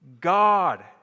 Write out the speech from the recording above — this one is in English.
God